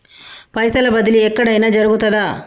పైసల బదిలీ ఎక్కడయిన జరుగుతదా?